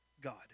God